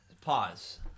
Pause